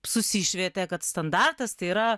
susišvietė kad standartas tai yra